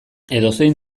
edozein